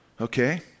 Okay